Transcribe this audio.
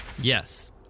Yes